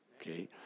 Okay